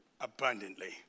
abundantly